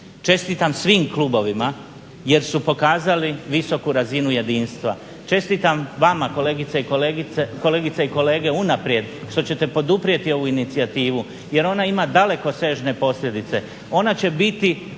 Čestitam svim klubovima jer su pokazali visoku razinu jedinstva. Čestitam vama kolegice i kolege unaprijed što ćete poduprijeti ovu inicijativu jer ona ima dalekosežne posljedice. Ona će biti